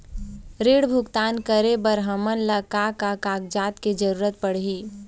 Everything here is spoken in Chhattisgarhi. ऋण भुगतान करे बर हमन ला का का कागजात के जरूरत पड़ही?